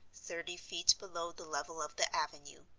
thirty feet below the level of the avenue.